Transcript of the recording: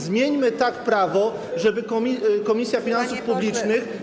Zmieńmy tak prawo, żeby Komisja Finansów Publicznych.